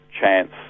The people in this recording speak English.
chance